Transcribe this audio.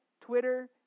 Twitter